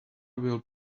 will